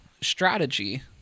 strategy